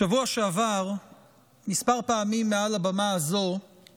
בשבוע שעבר דיברתי כמה פעמים מעל הבמה הזו על